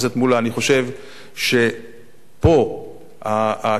אני חושב שפה התשובה,